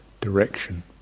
direction